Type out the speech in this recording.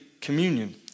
communion